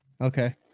okay